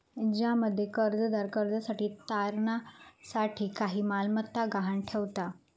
ज्यामध्ये कर्जदार कर्जासाठी तारणा साठी काही मालमत्ता गहाण ठेवता